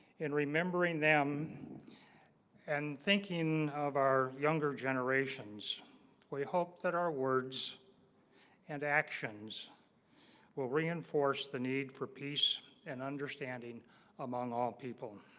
in remembering them and thinking of our younger generations we hope that our words and actions will reinforce the need for peace and understanding among all people